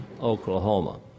Oklahoma